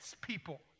people